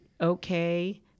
okay